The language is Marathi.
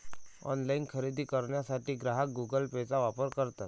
ऑनलाइन खरेदी करण्यासाठी ग्राहक गुगल पेचा वापर करतात